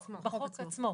עצמו.